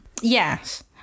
Yes